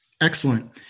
Excellent